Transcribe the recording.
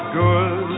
good